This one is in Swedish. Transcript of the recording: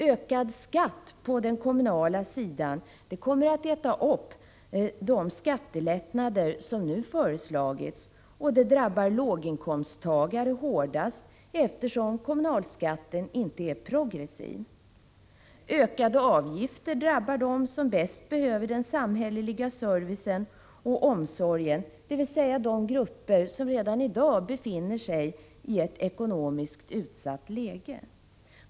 Ökad skatt på den kommunala sidan kommer att äta upp de skattelättnader som nu föreslagits. Det drabbar låginkomsttagare hårdast, eftersom kommunalskatten inte är progressiv. Ökade avgifter drabbar dem som bäst behöver den samhälleliga servicen och omsorgen, dvs. de grupper som redan i dag befinner sig i ett ekonomiskt utsatt läge.